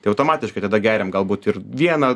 tai automatiškai tada geriam galbūt ir vieną